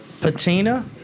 Patina